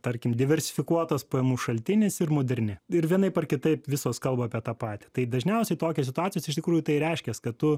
tarkim diversifikuotas pajamų šaltinis ir moderni ir vienaip ar kitaip visos kalba apie tą patį tai dažniausiai tokios situacijos iš tikrųjų tai ir reiškias kad tu